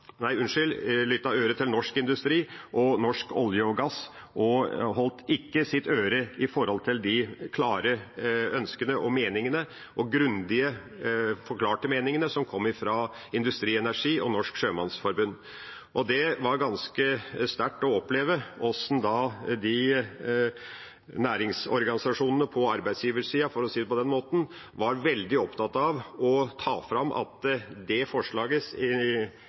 de klare ønskene og meningene, og de grundig forklarte meningene, som kom fra Industri Energi og Norsk Sjømannsforbund. Det var ganske sterkt å oppleve hvor opptatt næringsorganisasjonene på arbeidsgiversida, for å si det på den måten, var av å trekke fram at forslagets gjennomføring ville pådra norsk olje- og gassektor kostnader i størrelsesordenen 50–100 mrd. kr. Jeg må si det